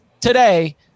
today